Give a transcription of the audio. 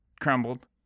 crumbled